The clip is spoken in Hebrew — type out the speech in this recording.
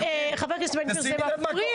חבר הכנסת בן גביר, זה מפריע.